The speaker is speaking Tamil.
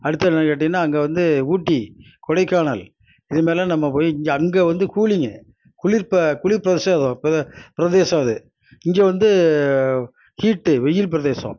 அடுத்தது என்னனு கேட்டீங்கன்னால் அங்கே வந்து ஊட்டி கொடைக்கானல் இதுமாதிரிலாம் நம்ம போய் இங்கே அங்கே வந்து கூலிங்கு குளிர் ப குளிர் பிரசவம் பிரதேசம் அது இங்கே வந்து ஹீட்டு வெயில் பிரதேசம்